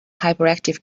hyperactive